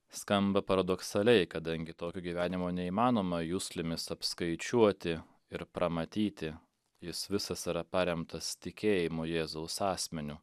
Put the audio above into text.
skamba paradoksaliai kadangi tokio gyvenimo neįmanoma juslėmis apskaičiuoti ir pramatyti jis visas yra paremtas tikėjimu jėzaus asmeniu